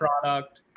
product